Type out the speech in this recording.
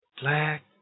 Black